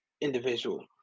individual